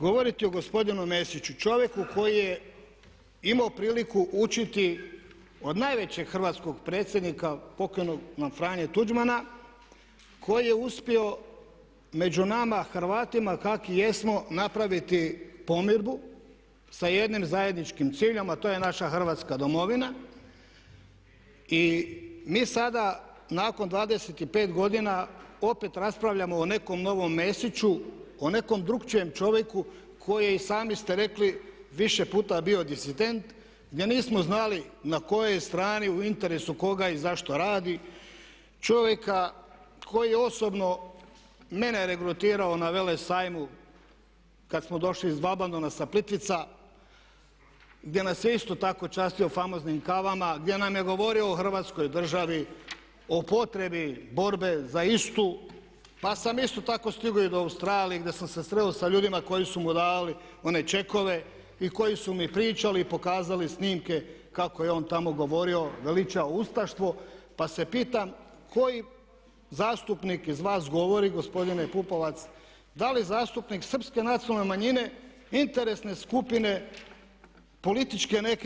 Govoriti o gospodinu Mesiću, čovjeku koji je imao priliku učiti od najvećeg hrvatskog predsjednika pokojnog nam Franje Tuđmana koji je uspio među nama Hrvatima kakvi jesmo napraviti pomirbu sa jednim zajedničkim ciljem, a to je naša Hrvatska domovina, i mi sada nakon 25 godina opet raspravljamo o nekom novom Mesiću, o nekom drukčijem čovjeku koji je i sami ste rekli više puta bio disident, gdje nismo znali na kojoj je strani u interesu koga i zašto radi, čovjeka koji je osobno mene regrutirao na Velesajmu kad smo došli iz Valbandona sa Plitvica gdje nas je isto tako častio famoznim kavama, gdje nam je govorio o Hrvatskoj državi, o potrebi borbe za istu pa sam isto tako stigao i do Australije gdje sam se sreo sa ljudima koji su mu davali one čekove i koji su mi pričali i pokazali snimke kako je on tamo govorio, veličao ustaštvo pa se pitam koji zastupnik iz vas govori gospodine Pupovac, da li zastupnik srpske nacionalne manjine, interesne skupine, političke neke?